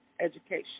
education